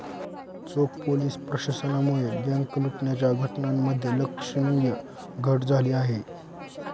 चोख पोलीस प्रशासनामुळे बँक लुटण्याच्या घटनांमध्ये लक्षणीय घट झाली आहे